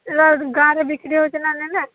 ଏଉଡ଼ା ଗାଁରେ ବିକ୍ରି ହେଉଛି ନା ନେଲେ